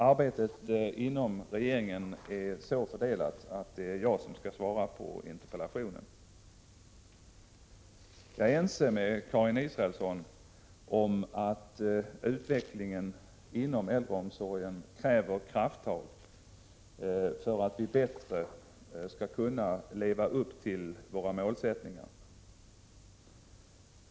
Arbetet inom regeringen är så fördelat att det är jag som skall svara på interpellationen. Jag är ense med Karin Israelsson om att utvecklingen inom äldreomsorgen kräver krafttag för att vi bättre skall kunna leva upp till våra målsättningar.